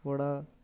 కూడా